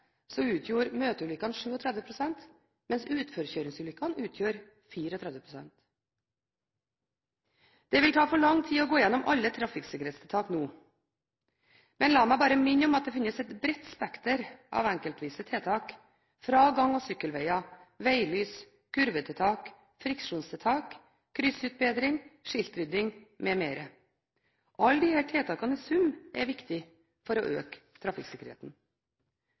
utgjorde møteulykkene 37 pst., mens utforkjøringsulykkene utgjorde 34 pst. Det vil ta for lang tid å gå igjennom alle trafikksikkerhetstiltak nå. Men la meg bare minne om at det finnes et bredt spekter av enkeltvise tiltak, fra gang- og sykkelveger, veglys, kurvetiltak, friksjonstiltak, kryssutbedringer, til skiltrydding m.m. Summen av alle disse tiltakene er viktig for å øke trafikksikkerheten.